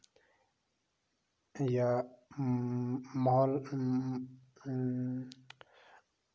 یا یِم مول اۭں اۭں اۭں